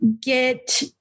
get